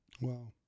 Wow